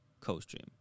co-stream